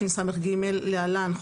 התשפ"ב-2021 הגדרות 1. בחוק